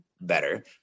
better